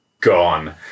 gone